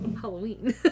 Halloween